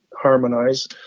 harmonize